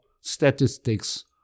statistics